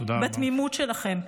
בתמימות שלכם,